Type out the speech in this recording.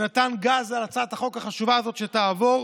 ונתן גז על הצעת החוק החשובה הזאת שתעבור,